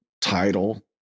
title